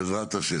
בעזרת השם.